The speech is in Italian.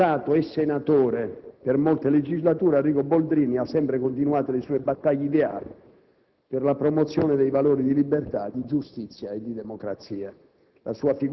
Deputato e senatore per molte legislature, Arrigo Boldrini ha sempre continuato le sue battaglie ideali per la promozione dei valori di libertà, di giustizia e di democrazia.